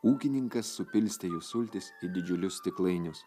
ūkininkas supilstė jų sultis į didžiulius stiklainius